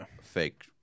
fake